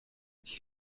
ich